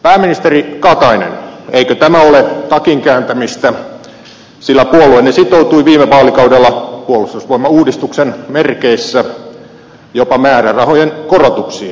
pääministeri katainen eikö tämä ole takinkääntämistä sillä puolueenne sitoutui viime vaalikaudella puolustusvoimauudistuksen merkeissä jopa määrärahojen korotuksiin